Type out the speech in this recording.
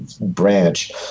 branch